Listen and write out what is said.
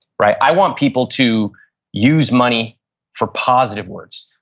right? i want people to use money for positive words.